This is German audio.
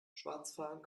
schwarzfahren